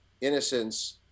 innocence